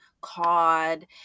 cod